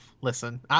listen